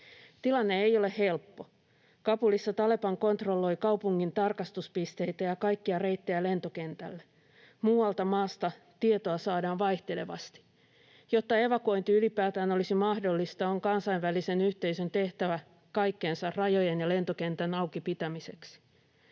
Tilanne ei ole helppo. Kabulissa Taleban kontrolloi kaupungin tarkastuspisteitä ja kaikkia reittejä lentokentälle. Muualta maasta tietoa saadaan vaihtelevasti. Jotta evakuointi ylipäätään olisi mahdollista, on kansainvälisen yhteisön tehtävä kaikkensa rajojen ja lentokentän auki pitämiseksi.